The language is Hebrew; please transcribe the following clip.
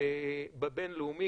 בבין-לאומי?